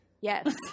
Yes